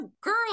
girl